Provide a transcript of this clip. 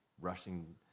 rushing